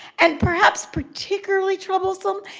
and perhaps particularly troublesome,